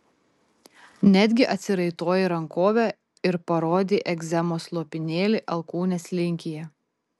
netgi atsiraitojai rankovę ir parodei egzemos lopinėlį alkūnės linkyje